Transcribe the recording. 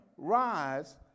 rise